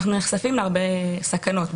אנו נחשפים להרבה סכנות,